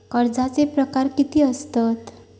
कर्जाचे प्रकार कीती असतत?